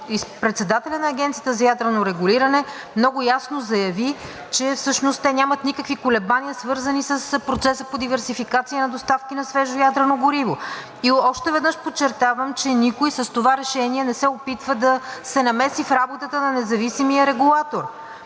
председателят на Агенцията за ядрено регулиране много ясно заяви, че всъщност те нямат никакви колебания, свързани с процеса по диверсификация на доставки на свежо ядрено гориво. Още веднъж подчертавам, че никой с това решение не се опитва да се намеси в работата на независимия регулатор.